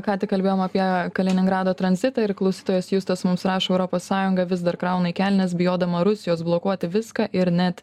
ką tik kalbėjom apie kaliningrado tranzitą ir klausytojas justas mums rašo europos sąjunga vis dar krauna į kelnes bijodama rusijos blokuoti viską ir net